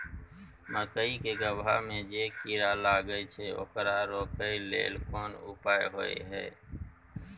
मकई के गबहा में जे कीरा लागय छै ओकरा रोके लेल कोन उपाय होय है?